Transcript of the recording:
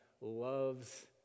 loves